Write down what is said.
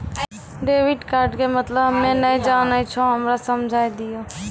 Debit card के मतलब हम्मे नैय जानै छौ हमरा समझाय दियौ?